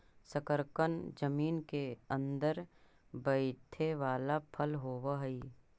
शकरकन जमीन केअंदर बईथे बला फल होब हई